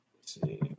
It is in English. see